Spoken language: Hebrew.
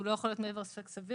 הוא לא יכול להיות מעבר לעוסק סביר.